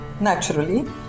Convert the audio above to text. naturally